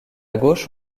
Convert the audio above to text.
gauche